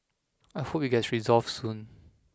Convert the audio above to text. I hope it gets resolved soon